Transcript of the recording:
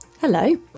Hello